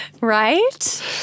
right